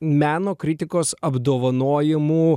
meno kritikos apdovanojimų